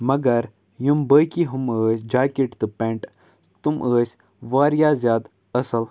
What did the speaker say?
مگر یِم بٲقی ہُم ٲسۍ جاکٮ۪ٹ تہٕ پٮ۪نٛٹ تِم ٲسۍ واریاہ زیادٕ اَصٕل